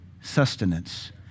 sustenance